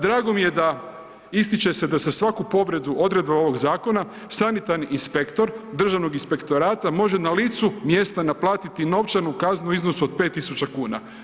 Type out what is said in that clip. Drago mi je da, ističe se da za svaku povredu odredba ovog zakona sanitarni inspektor državnog inspektorata može na licu mjesta naplatiti novčanu kaznu u iznosu od 5.000,00 kn.